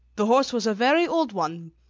the horse was a very old one,